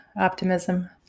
optimism